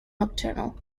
nocturnal